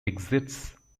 exits